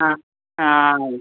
ആ ആ ആയിക്കോട്ടെ